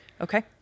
okay